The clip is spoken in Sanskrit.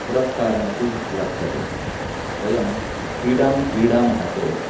पुरस्कारः अपि लभ्यते वयं क्रीडां क्रीडामः चेत्